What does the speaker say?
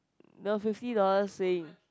no fifty dollar sing